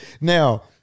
now